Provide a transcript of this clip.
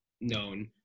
known